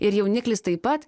ir jauniklis taip pat